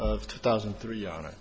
of two thousand and three on it